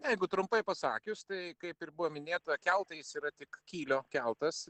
jeigu trumpai pasakius tai kaip ir buvo minėta keltais yra tik kylio keltas